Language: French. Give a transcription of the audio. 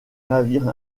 navire